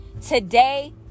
today